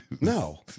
No